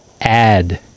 add